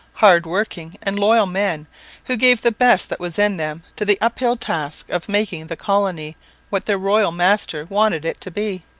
hard-working, and loyal men who gave the best that was in them to the uphill task of making the colony what their royal master wanted it to be.